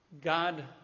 God